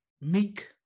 meek